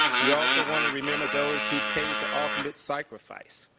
we also want to remember those who paid the ultimate sacrifice.